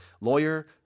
lawyer